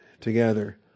together